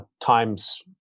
Times